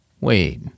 Wait